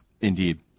Indeed